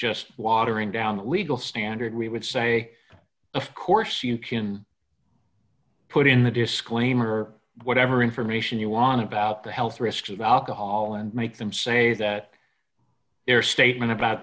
just watering down the legal standard we would say of course you can put in the disclaimer whatever information you want about the health risks of alcohol and make them say that their statement about